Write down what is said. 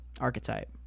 archetype